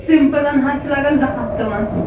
سِمپٕلن حظ چِھ لَگان زٕ ہتھ تِمن